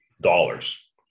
dollars